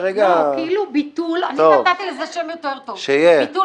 כרגע --- אני נתתי לזה שם יותר טוב "ביטול